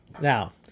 Now